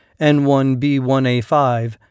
N1B1A5